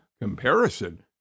comparison